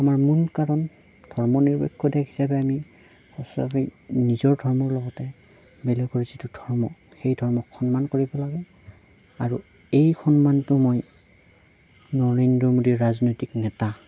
আমাৰ মূল কাৰণ ধৰ্ম নিৰপেক্ষ দেশ হিচাপে আমি সঁচাকৈ নিজৰ ধৰ্মৰ লগতে বেলেগৰ যিটো ধৰ্ম সেই ধৰ্মক সন্মান কৰিব লাগে আৰু এই সন্মানটো মই নৰেন্দ্ৰ মোদী ৰাজনৈতিকে নেতা